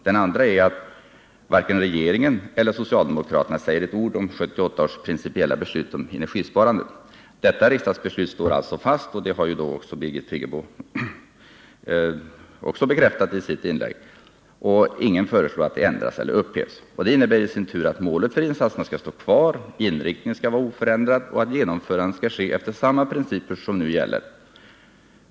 Den andra sidan är att varken regeringen eller socialdemokraterna säger ett ord om 1978 års principiella beslut om energisparandet. Detta riksdagsbeslut står alltså fast, och det har också Birgit Friggebo bekräftat i sitt inlägg. Ingen föreslår heller att det skall ändras eller upphävas. Detta innebär i sin tur att målet för insatserna skall stå kvar, att inriktningen skall vara oförändrad och att genomförandet skall ske efter samma principer som de som nu gäller.